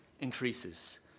increases